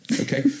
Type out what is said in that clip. okay